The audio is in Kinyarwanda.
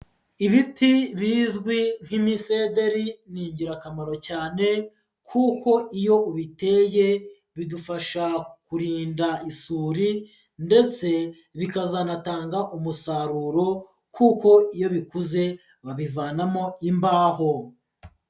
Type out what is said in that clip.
Ibiti bizwi nk'imisederi ni ingirakamaro cyane kuko iyo ubiteye bidufasha kurinda isuri ndetse bikazanatanga umusaruro kuko iyo bikuze babivanamo imbaho.